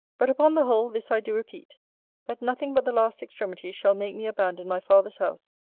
but, upon the whole, this i do repeat that nothing but the last extremity shall make me abandon my father's house,